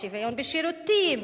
אי-שוויון בשירותים,